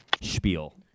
spiel